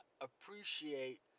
appreciate